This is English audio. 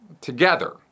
together